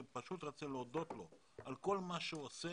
אני רוצה להודות לו על כל מה שהוא עשה